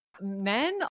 men